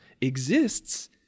exists